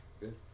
Good